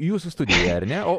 jūsų studijoją ar ne o